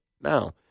Now